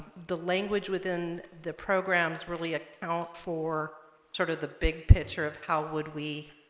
the language within the program's really account for sort of the big picture of how would we